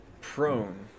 prone